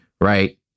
right